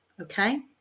okay